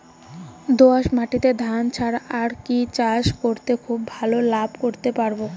দোয়াস মাটিতে ধান ছাড়া আর কি চাষ করলে খুব ভাল লাভ করতে পারব?